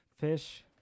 fish